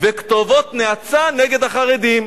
וכתובות נאצה נגד החרדים.